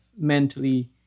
mentally